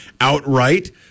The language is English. outright